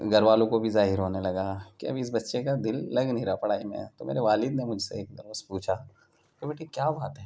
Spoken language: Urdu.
گھر والوں کو بھی ظاہر ہونے لگا کہ اب اس بچے کا دل لگ نہیں رہا پڑھائی میں تو میرے والد نے مجھ سے ایک دفعہ پوچھا کہ بیٹے کیا بات ہے